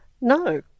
No